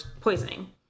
poisoning